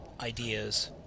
ideas